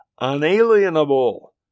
unalienable